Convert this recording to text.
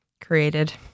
created